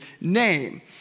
name